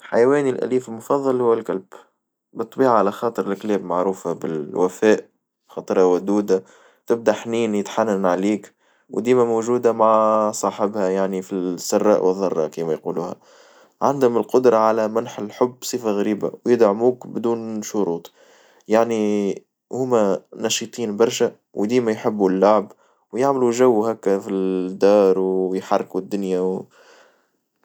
حيوان الأليف المفظل هو الكلب، بالطبيعة على خاطر الكلاب معروفة بالوفاء، خاطرها ودودة، تبدأ حنينة يتحنن عليك ودايمًا موجودة مع صاحبها يعني في السراء والضراء كيما يقولوها، عندهم القدرة على منح الحب بصفة غريبة ويدعموك بدون شروط يعني هم نشيطين برشا ودايمًا يحبو اللعب ويعملو جو هكا في الدار ويحركو الدنيا و.